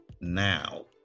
now